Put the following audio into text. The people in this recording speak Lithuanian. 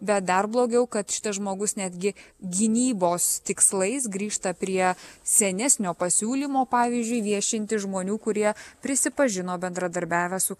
bet dar blogiau kad šitas žmogus netgi gynybos tikslais grįžta prie senesnio pasiūlymo pavyzdžiui viešinti žmonių kurie prisipažino bendradarbiavę su